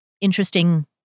interesting